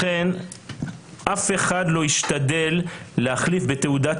לכן אף אחד לא השתדל להחליף בתעודת